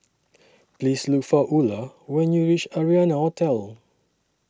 Please Look For Ula when YOU REACH Arianna Hotel